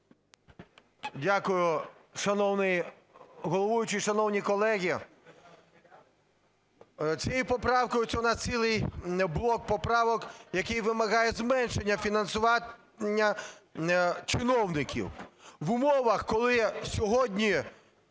головуючий, шановні колеги, цією поправкою, це у нас цілий блок поправок, який вимагає зменшення фінансування чиновників. В умовах, коли сьогодні